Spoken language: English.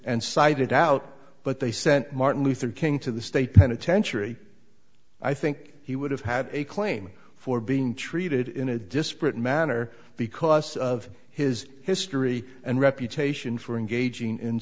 and cited out but they sent martin luther king to the state penitentiary i think he would have had a claim for being treated in a disparate manner because of his history and reputation for engaging in